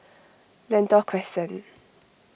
Lentor Crescent